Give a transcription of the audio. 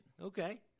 Okay